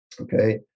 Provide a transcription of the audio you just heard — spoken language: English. Okay